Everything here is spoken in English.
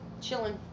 chilling